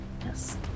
Yes